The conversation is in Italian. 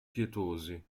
pietosi